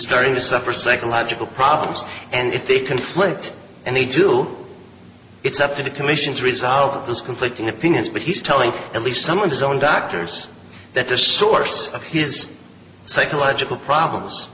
starting to suffer psychological problems and if they conflict and they do it's up to the commission to resolve this conflicting opinions but he's telling at least some of his own doctors that the source of his psychological problems